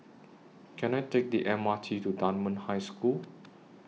Can I Take The M R T to Dunman High School